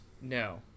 No